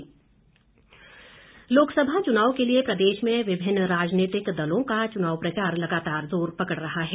प्रचार लोकसभा चुनाव के लिए प्रदेश में विभिन्न राजनीतिक दलों का चुनाव प्रचार लगातार जोर पकड़ रहा है